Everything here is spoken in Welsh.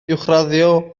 uwchraddio